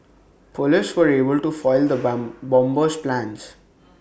Police were able to foil the bump bomber's plans